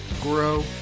grow